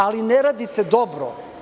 Ali ne radite dobro.